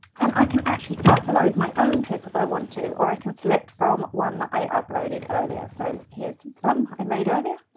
and i can actually upload my own clip if i want to or i can select from one that i uploaded earlier. so here's some i made earlier,